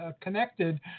connected